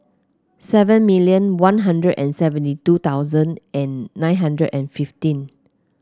seven million One Hundred and seventy two thousand and nine hundred and fifteen